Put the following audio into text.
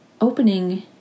Opening